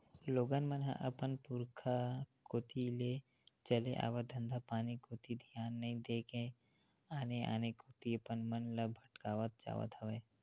लोगन मन ह अपन पुरुखा कोती ले चले आवत धंधापानी कोती धियान नइ देय के आने आने कोती अपन मन ल भटकावत जावत हवय